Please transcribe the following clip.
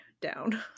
down